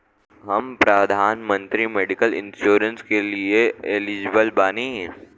हम प्रधानमंत्री medical insurance के लिए एलिजिबल बानी?